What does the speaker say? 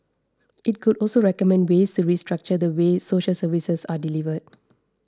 it could also recommend ways to restructure the way social services are delivered